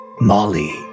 Molly